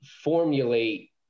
formulate